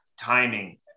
timing